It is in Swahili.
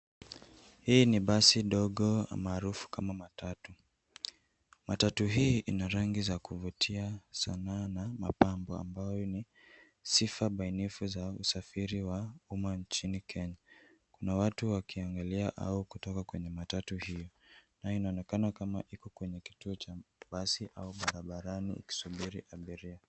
Hii ni basi ndogo maarufu kama matatu. Matatu hii ina rangi za kuvutia ,sanaa na mapambo ambayo ni sifa bainifu za usafiri wa umma nchini Kenya. Kuna watu wakiangalia au kutoka kwenye matatu hii na inaonekana kama iko kwenye kituo cha mabasi au barabarani ikisubiri abiria.